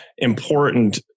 important